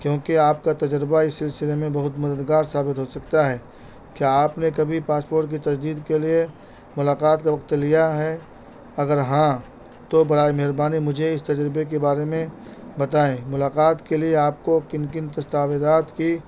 کیونکہ آپ کا تجربہ اس سلسلے میں بہت مددگار ثابت ہو سکتا ہے کیا آپ نے کبھی پاسپورٹ کی تجدید کے لیے ملاقات کا وقت لیا ہے اگر ہاں تو برائے مہربانی مجھے اس تجربے کے بارے میں بتائیں ملاقات کے لیے آپ کو کن کن تستاویزات کی